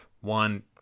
one